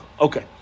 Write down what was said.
Okay